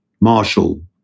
Marshall